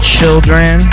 Children